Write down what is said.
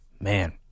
Man